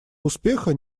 успеха